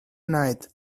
night